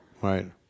Right